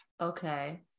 okay